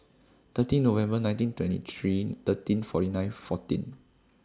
thirty November nineteen twenty three thirteen forty nine fourteen